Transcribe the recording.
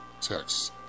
texts